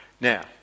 Now